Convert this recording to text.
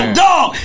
dog